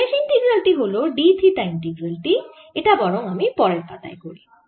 শেষ ইন্টিগ্রাল টি হল d থিটা ইন্টিগ্রাল টি এটা বরং আমি পরের পাতায় করি